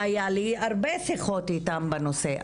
והיו לי הרבה שיחות איתם בנושא.